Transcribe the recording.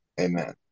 Amen